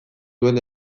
duen